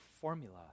formula